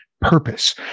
purpose